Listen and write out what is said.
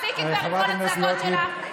תפסיקי כבר את כל הצעקות שלך.